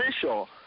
official